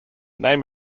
name